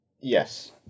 Yes